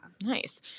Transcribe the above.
Nice